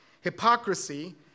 Hypocrisy